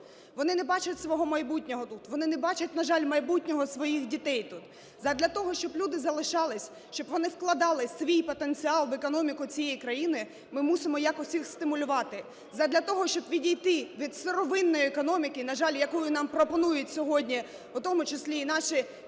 вони не бачать свого майбутнього тут, вони не бачать, на жаль, майбутнього своїх дітей тут. Задля того, щоб люди залишались, щоб вони вкладали свій потенціал в економіку цієї країни, ми мусимо якось їх стимулювати. Задля того, щоб відійти від сировинної економіки, на жаль, яку нам пропонують сьогодні у тому числі і наші міжнародні